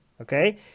Okay